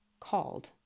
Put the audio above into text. called